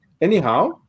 anyhow